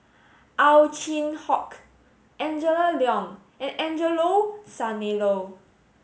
Ow Chin Hock Angela Liong and Angelo Sanelli